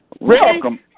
Welcome